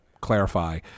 clarify